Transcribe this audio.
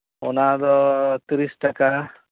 ᱚᱱᱟᱫᱚ ᱛᱤᱨᱤᱥ ᱴᱟᱠᱟ